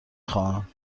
خواهم